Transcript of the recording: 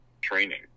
training